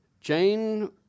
Jane